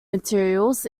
materials